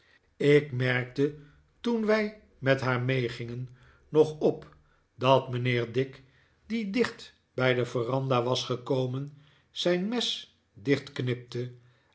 ik merkte toen wij met haar meegingen nog op dat mijnheer dick die dicht bij de veranda was gekomen zijn mes